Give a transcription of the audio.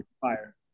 fire